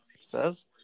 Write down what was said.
Says